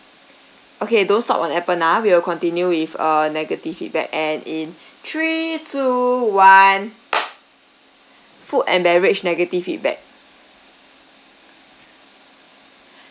okay don't stop on appen ah we will continue with a negative feedback and in three two one food and beverage negative feedback